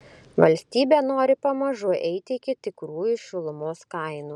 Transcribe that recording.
valstybė nori pamažu eiti iki tikrųjų šilumos kainų